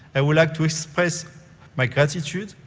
i would like to express my gratitude.